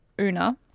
Una